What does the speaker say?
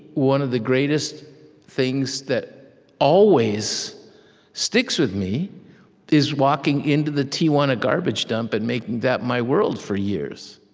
one of the greatest things that always sticks with me is walking into the tijuana garbage dump and making that my world for years.